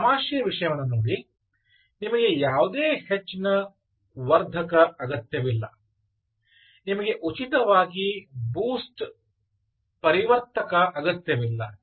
ಒಂದು ತಮಾಷೆಯ ವಿಷಯವನ್ನು ನೋಡಿ ನಿಮಗೆ ಯಾವುದೇ ಹೆಚ್ಚಿನ ವರ್ಧಕ ಅಗತ್ಯವಿಲ್ಲ ನಿಮಗೆ ಖಚಿತವಾಗಿ ಬೂಸ್ಟ್ ಪರಿವರ್ತಕ ಅಗತ್ಯವಿಲ್ಲ